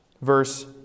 verse